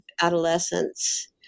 adolescence